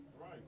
Right